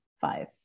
Five